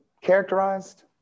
characterized